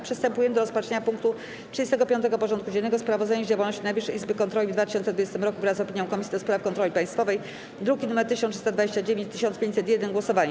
Przystępujemy do rozpatrzenia punktu 35. porządku dziennego: Sprawozdanie z działalności Najwyższej Izby Kontroli w 2020 roku wraz z opinią Komisji do Spraw Kontroli Państwowej (druki nr 1329 i 1501) - głosowanie.